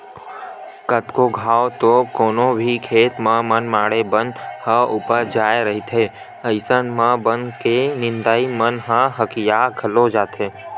कतको घांव तो कोनो भी खेत म मनमाड़े बन ह उपज जाय रहिथे अइसन म बन के नींदइया मन ह हकिया घलो जाथे